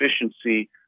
efficiency